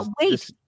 Wait